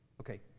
Okay